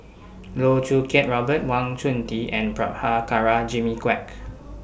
Loh Choo Kiat Robert Wang Chunde and Prabhakara Jimmy Quek